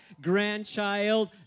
grandchild